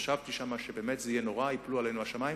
חשבתי שבאמת זה יהיה נורא, ייפלו עלינו השמים.